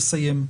לסיים.